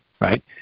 right